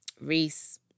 Reese